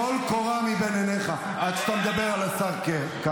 דווקא שתדע לך --- על היין --- טול